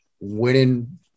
winning